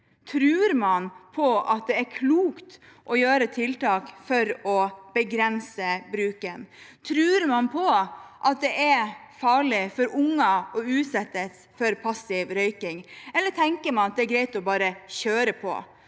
Tror man på at det er klokt å gjøre tiltak for å begrense bruken? Tror man på at det er farlig for unger å utsettes for passiv røyking? Eller tenker man at det er greit å bare kjøre på